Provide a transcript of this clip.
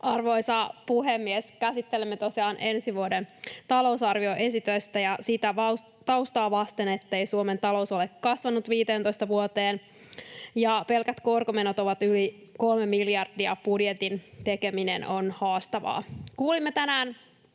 Arvoisa puhemies! Käsittelemme tosiaan ensi vuoden talousarvioesitystä, ja sitä taustaa vasten, että Suomen talous ei ole kasvanut 15 vuoteen ja pelkät korkomenot ovat yli kolme miljardia, budjetin tekeminen on haastavaa. Kuulimme tänään